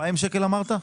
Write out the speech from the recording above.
2,000 שקל אמרת?